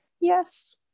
Yes